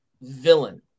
villain